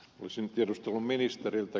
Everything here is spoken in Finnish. arvoisa herra puhemies